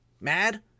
mad